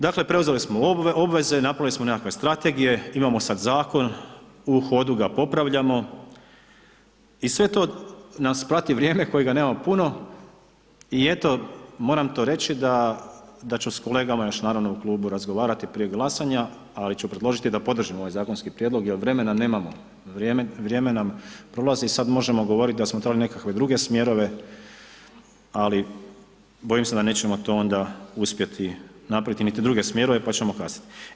Dakle, preuzeli smo obveze, napravili smo nekakve strategije, imamo sad zakon u hodu ga popravljamo i sve to nas prati vrijeme kojega nemamo puno i eto moram to reći da ću s kolegama još naravno u klubu razgovarati prije glasanja, ali ću predložiti da podržimo ovaj zakonski prijedlog jer vremena nemamo, vrijeme nam prolazi i sad možemo govorit da smo trebali nekakve druge smjerove, ali bojim se da nećemo to onda uspjeti napraviti niti druge smjerove pa ćemo kasniti.